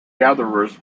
gatherers